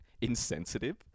insensitive